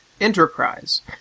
Enterprise